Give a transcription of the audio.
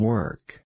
Work